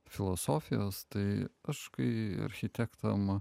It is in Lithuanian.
filosofijos tai aš kai architektam